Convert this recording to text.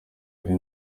ari